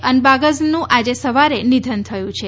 અનબાઝગનનું આજે સવારે નિધન થયું છે